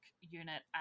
unit